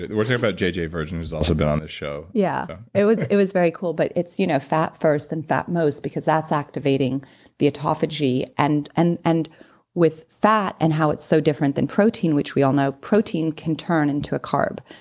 we're talking about j j. virgin who's also been on the show yeah, it was it was very cool. but it's you know fat first and fat most because that's activating the autophagy. and and and with fat and how it's so different than protein, which we all know protein can turn into a carb,